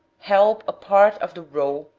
help a part of the roe,